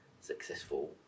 successful